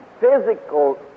physical